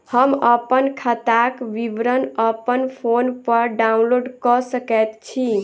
हम अप्पन खाताक विवरण अप्पन फोन पर डाउनलोड कऽ सकैत छी?